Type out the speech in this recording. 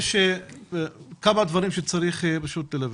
יש כמה דברים צריך ללבן.